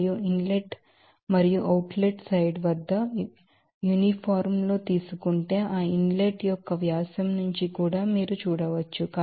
మరియు inlet మరియు outlet side వద్ద యూనిఫారంలో తీసుకునే ఆ ఇన్ లెట్ యొక్క వ్యాసం నుంచి కూడా మీరు చూడవచ్చు